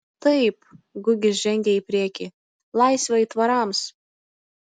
taip gugis žengė į priekį laisvę aitvarams